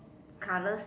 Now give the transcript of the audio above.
colours